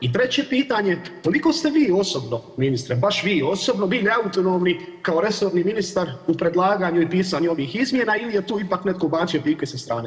I treće pitanje, koliko ste vi osobno ministre, baš vi osobno bili autonomni kao resorni ministar u predlaganju i pisanu ovih izmjena ili je tu ipak netko ubacio … sa strane?